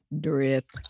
drip